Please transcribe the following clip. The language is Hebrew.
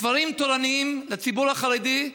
ספרים תורניים לציבור החרדי,